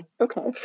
Okay